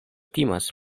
timas